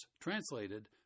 translated